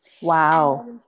Wow